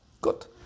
good